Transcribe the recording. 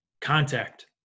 contact